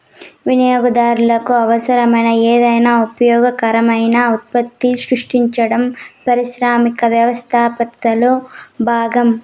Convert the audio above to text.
వినియోగదారులకు అవసరమైన ఏదైనా ఉపయోగకరమైన ఉత్పత్తిని సృష్టించడం పారిశ్రామిక వ్యవస్థాపకతలో భాగం